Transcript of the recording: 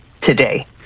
today